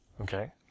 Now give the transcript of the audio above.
Okay